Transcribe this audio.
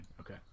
Okay